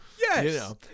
Yes